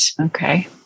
Okay